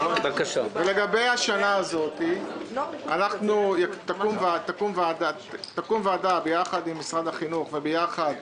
לגבי השנה הזאת תקום ועדה יחד עם משרד החינוך ויחד